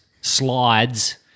slides